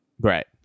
Right